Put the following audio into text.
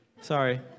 Sorry